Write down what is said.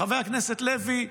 חבר הכנסת לוי,